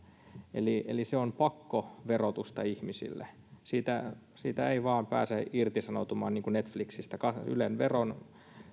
eli eli se on pakkoverotusta ihmisille siitä ei vain pääse irtisanoutumaan niin kuin netflixistä yle